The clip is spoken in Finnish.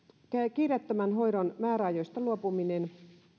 kiireettömän hoidon määräajoista luopuminen